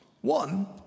one